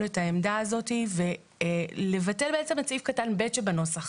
את העמדה הזאת ולבטל בעצם את סעיף קטן (ב) שבנוסח.